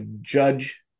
Judge